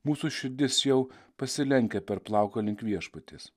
mūsų širdis jau pasilenkia per plauką link viešpaties